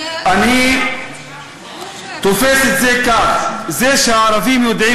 אני תופס את זה כך: זה שערבים יודעים